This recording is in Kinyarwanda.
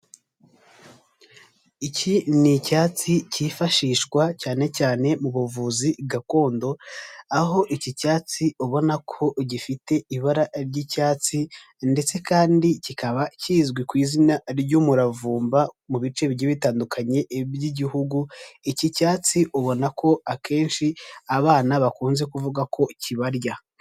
Iki ni icyatsi cyifashishwa cyane cyane mu buvuzi gakondo, aho iki cyatsi ubona ko gifite ibara ry'icyatsi ndetse kandi kikaba kizwi ku izina ry'umuravumba mu bice bigiye bitandukanye by'igihugu, iki cyatsi ubona ko akenshi abana bakunze kuvuga ko kibarya.